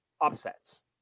upsets